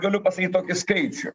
galiu pasakyt tokį skaičių